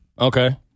Okay